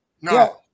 no